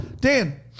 Dan